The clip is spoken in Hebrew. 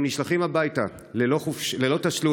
הם נשלחים הביתה ללא תשלום,